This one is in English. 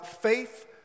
faith